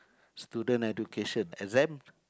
student education exam